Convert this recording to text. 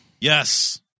Yes